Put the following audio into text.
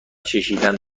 چشیدن